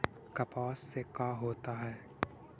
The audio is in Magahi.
कपास से का होता है?